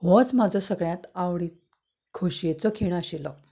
होच म्हजो सगल्यांत आवडीचो खोशयेचो खीण आशिल्लो